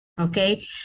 okay